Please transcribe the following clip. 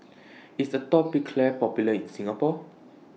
IS Atopiclair Popular in Singapore